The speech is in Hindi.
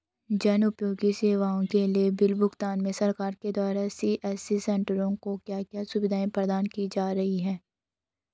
जन उपयोगी सेवाओं के बिल भुगतान में सरकार के द्वारा सी.एस.सी सेंट्रो को क्या क्या सुविधाएं प्रदान की जा रही हैं?